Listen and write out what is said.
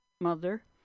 mother